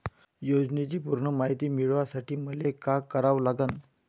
योजनेची पूर्ण मायती मिळवासाठी मले का करावं लागन?